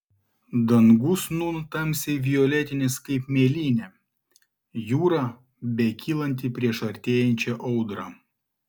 dangus nūn tamsiai violetinis kaip mėlynė jūra bekylanti prieš artėjančią audrą